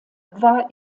war